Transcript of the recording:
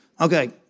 Okay